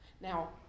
Now